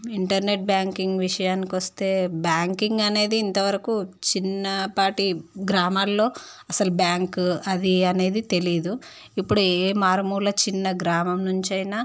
internet banking విషయానికి వస్తే banking అనేది ఇంతవరకు చిన్న పాటి గ్రామాల్లో అసలు బ్యాంకు అది అనేది తెలియదు ఇప్పుడు ఏ మారుమూల చిన్న గ్రామం నుంచి అయినా